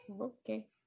Okay